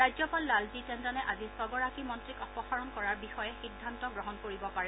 ৰাজ্যপাল লালজী টেণ্ডনে আজি ছগৰাকী মন্ত্ৰীক অপসাৰণ কৰাৰ বিষয়ে সিদ্ধান্ত গ্ৰহণ কৰিব পাৰে